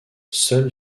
seul